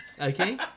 okay